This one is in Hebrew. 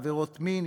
עבירות מין,